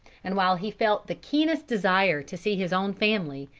and while he felt the keenest desire to see his own family,